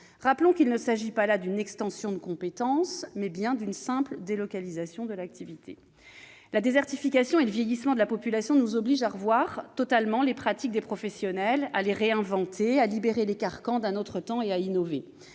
Rappelons qu'il ne s'agit pas là d'une extension de compétences, mais d'une simple délocalisation de l'activité. La désertification des territoires et le vieillissement de la population nous obligent à revoir totalement les pratiques des professionnels, à les réinventer, à nous libérer des carcans d'un autre temps pour innover.